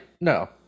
No